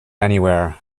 anywhere